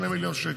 2 מיליון שקל.